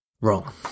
Wrong